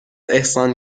احسان